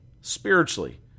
spiritually